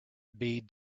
bade